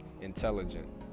intelligent